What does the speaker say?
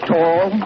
Tall